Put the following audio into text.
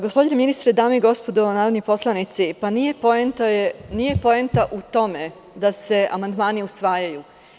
Gospodine ministre, dame i gospodo narodni poslanici, nije poenta u tome da se amandmani usvajaju.